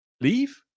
leave